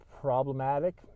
problematic